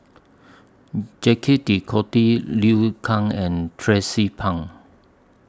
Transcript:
Jacques De Couty Liu Kang and Tracie Pang